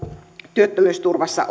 työttömyysturvassa